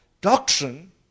doctrine